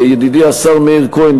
ידידי השר מאיר כהן,